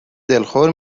دلخور